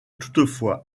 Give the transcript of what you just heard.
toutefois